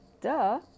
duh